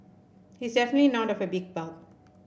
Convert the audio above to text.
he is definitely not of a big bulk